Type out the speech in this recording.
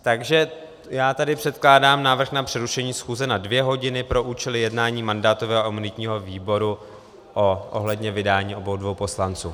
Takže já tady předkládám návrh na přerušení schůze na dvě hodiny pro účely jednání mandátového a imunitního výboru ohledně vydání obou dvou poslanců.